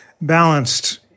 balanced